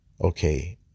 okay